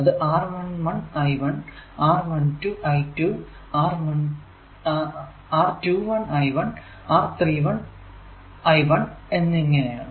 അത് r 1 1 I 1 r 2 1 I 1 r 3 1 I 1 എന്നതാണ്